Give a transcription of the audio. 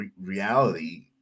reality